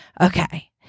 Okay